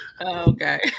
Okay